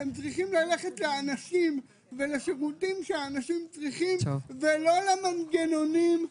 הם צריכים ללכת לאנשים ולשירותים שאנשים צריכים ולא למנגנונים.